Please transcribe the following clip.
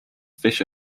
fish